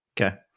Okay